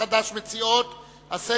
הואיל ולסעיף 11 אין הסתייגויות בתוקף,